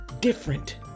different